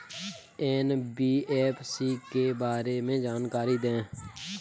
NBFC के बारे में जानकारी दें?